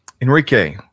Enrique